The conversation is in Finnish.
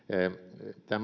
tämä